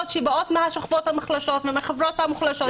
שבאות מהשכבות המוחלשות ומהחברות המוחלשות.